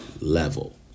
level